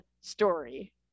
story